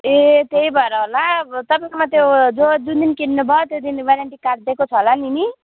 ए त्यही भएर होला अब तपाईँ कोमा त्यो जो जुन दिन किन्नुभयो त्यो दिन वारेन्टी कार्ड दिएको छ होला नि नि